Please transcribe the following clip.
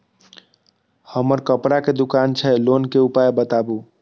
हमर कपड़ा के दुकान छै लोन के उपाय बताबू?